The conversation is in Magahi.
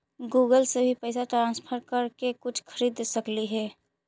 गूगल से भी पैसा ट्रांसफर कर के कुछ खरिद सकलिऐ हे?